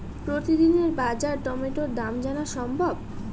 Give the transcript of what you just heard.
প্রতিদিনের বাজার টমেটোর দাম জানা সম্ভব?